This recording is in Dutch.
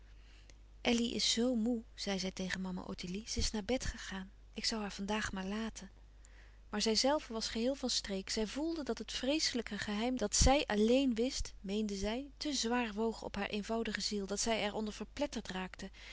elly is zoo moê zei zij tegen mama ottilie ze is naar bed gegaan ik zoû haar van daag maar laten maar zijzelve was geheel van streek zij voelde dat het vreeslijke geheim dat zij alléén wist meende zij te zwaar woog op hare eenvoudige ziel dat zij er onder verpletterd raakte